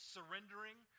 Surrendering